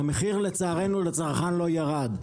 המחיר לצערנו לצרכן לא ירד.